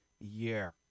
year